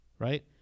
right